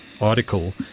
article